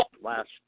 last